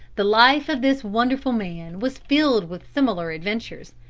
the life of this wonderful man was filled with similar adventures,